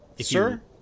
sir